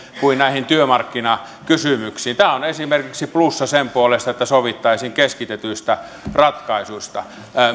kuin näihin työmarkkinakysymyksiin tämä on esimerkiksi plussa sen puolesta että sovittaisiin keskitetyistä ratkaisuista